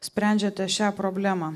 sprendžiate šią problemą